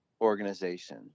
organization